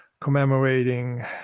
commemorating